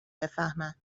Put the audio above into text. بفهمن